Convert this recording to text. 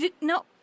No